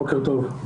בוקר טוב.